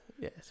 Yes